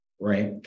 right